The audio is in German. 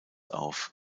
auf